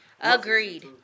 Agreed